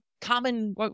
common